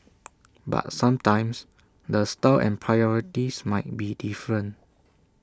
but sometimes the style and priorities might be different